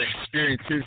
experiences